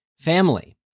family